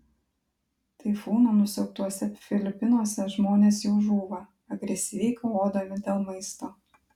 taifūno nusiaubtuose filipinuose žmonės jau žūva agresyviai kovodami dėl maisto